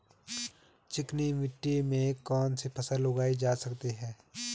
चिकनी मिट्टी में कौन सी फसल उगाई जा सकती है?